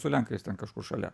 su lenkais ten kažkur šalia